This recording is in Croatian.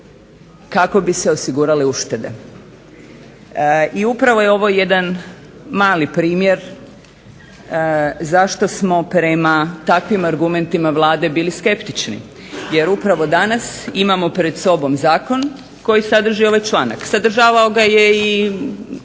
kako bi se osigurale uštede i upravo je ovo jedan mali primjer zašto smo prema takvim argumentima Vlade bili skeptični jer upravo danas imamo pred sobom zakon koji sadrži ovaj članak. Sadržavao ga je i stari